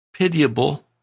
Pitiable